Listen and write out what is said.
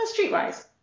streetwise